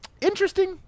Interesting